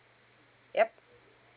yup